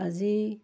আজি